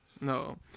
No